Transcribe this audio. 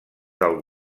dels